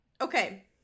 Okay